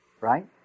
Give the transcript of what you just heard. Right